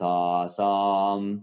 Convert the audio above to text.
Tasam